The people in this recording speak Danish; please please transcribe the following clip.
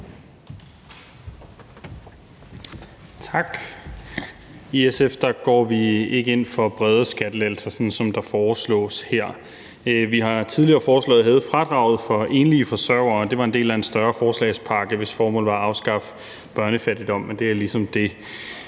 Tak. I SF går vi ikke ind for brede skattelettelser, sådan som der foreslås her. Vi har tidligere foreslået og hævet fradraget for enlige forsørgere, og det var en del af en større forslagspakke, hvis formål var at afskaffe børnefattigdom. Men det er ligesom det.